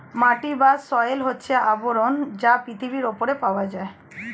মাটি বা সয়েল হচ্ছে আবরণ যা পৃথিবীর উপরে পাওয়া যায়